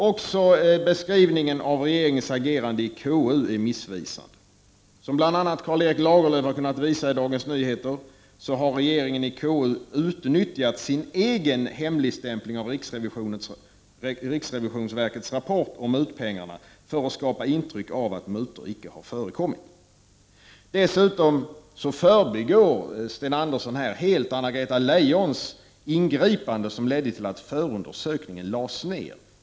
Också beskrivningen av regeringens agerande i KU är missvisande. Som bl.a. Karl Erik Lagerlöf har kunnat påvisa i Dagens Nyheter har regeringen i KU utnyttjat sin egen hemligstämpling av riksrevisionsverkets rapport om mutpengarna för att skapa intryck av att mutor icke har förekommit. Dessutom förbigår Sten Andersson helt Anna-Greta Leijons ingripande, som ledde till att förundersökningen lades ner.